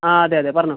ആ അതെ അതെ പറഞ്ഞോളൂ